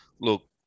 look